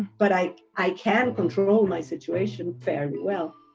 but i, i can control my situation fairly well